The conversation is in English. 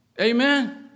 Amen